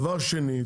דבר שני,